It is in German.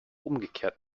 umgekehrt